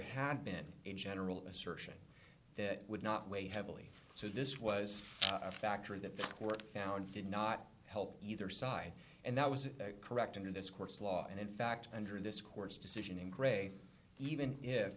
had been a general assertion that would not weigh heavily so this was a factor that the court found did not help either side and that was correct under this court's law and in fact under this court's decision in gray even if